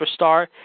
superstar